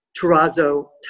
terrazzo